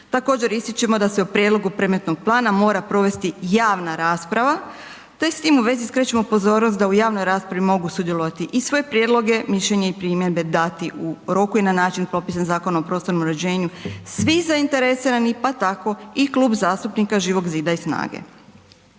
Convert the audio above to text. Također ističemo da se u prijedlogu predmetnog plana mora provesti javna rasprava te s tim uvezi skrećemo pozornost da u javnoj raspravi mogu sudjelovati i sve prijedloge, mišljenje i primjedbe dati u roku i na način propisan Zakonom o prostornom uređenju svih zainteresiranih pa tako i Klub zastupnika Živog zida i SNAGA-e.